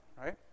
right